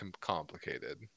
complicated